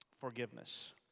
forgiveness